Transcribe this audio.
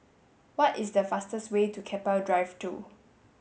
what is the fastest way to Keppel Drive Two